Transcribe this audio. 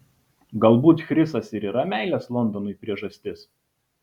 galbūt chrisas ir yra meilės londonui priežastis